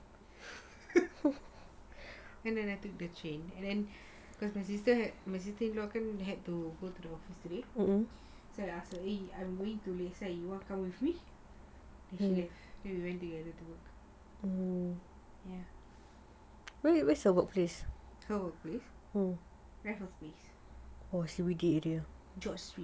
and then I took the train and then because my sister my sister-in-law had to go to the office today so I ask her eh I'm going to take train you want come with me then she left so we went together her workplace raffles place job street